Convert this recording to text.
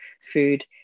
food